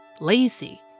lazy